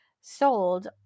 sold